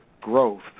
growth